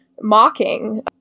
mocking